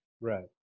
right